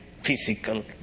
physical